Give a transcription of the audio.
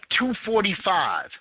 245